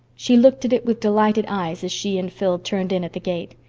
she looked at it with delighted eyes, as she and phil turned in at the gate.